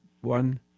One